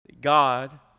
God